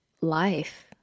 life